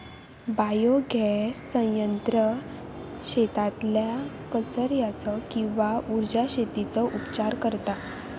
biogas संयंत्र शेतातल्या कचर्याचो किंवा उर्जा शेतीचो उपचार करता